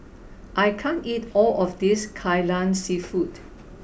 I can't eat all of this Kai Lan Seafood